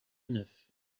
neufs